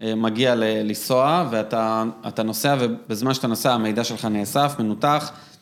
מגיע לסוע, ואתה נוסע ובזמן שאתה נוסע המידע שלך נאסף, מנותח.